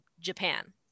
Japan